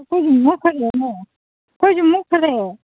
ꯑꯩꯈꯣꯏꯁꯨ ꯃꯨꯠꯈ꯭ꯔꯦꯅꯦ ꯑꯩꯈꯣꯏꯁꯨ ꯃꯨꯠꯈ꯭ꯔꯦ